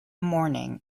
morning